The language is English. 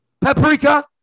paprika